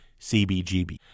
CBGB